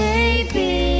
Baby